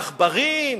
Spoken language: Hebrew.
עכברים,